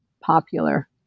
popular